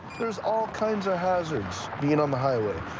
there's all kinds of hazards, being on the highway.